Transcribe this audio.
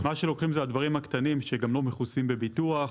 מה שלוקחים זה על הדברים הקטנים שגם לא מכוסים בביטוח.